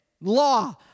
law